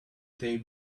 they